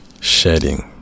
shedding